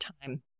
time